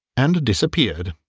and disappeared.